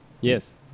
Yes